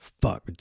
Fuck